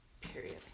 Period